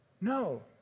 No